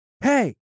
Hey